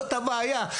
זאת הבעיה,